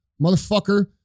Motherfucker